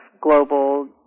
global